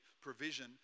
provision